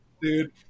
dude